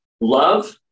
Love